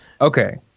Okay